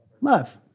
Love